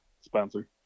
Spencer